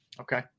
Okay